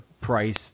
Price